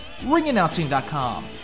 Ringannouncing.com